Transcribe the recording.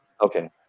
Okay